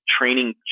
training